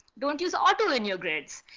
don't use auto in your grades.